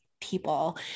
people